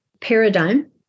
paradigm